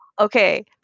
Okay